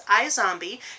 iZombie